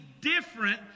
different